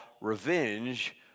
revenge